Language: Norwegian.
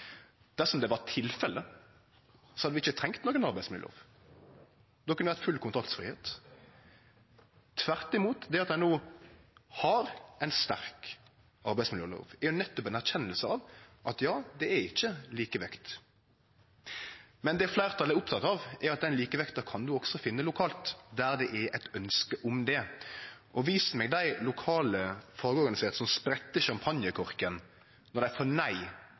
Dersom det var tilfellet, hadde vi ikkje trunge noka arbeidsmiljølov, då kunne det ha vore full kontraktsfridom. Tvert imot – det at ein no har ei sterk arbeidsmiljølov, er nettopp ei erkjenning av at ja, det er ikkje likevekt. Men det fleirtalet er oppteke av, er at den likevekta kan ein også finne lokalt, der det er eit ønske om det. Og vis meg dei lokale fagorganiserte som sprettar champagnekorken når dei får nei av fagforeininga sentralt for